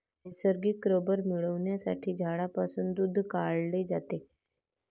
नैसर्गिक रबर मिळविण्यासाठी झाडांपासून दूध काढले जाते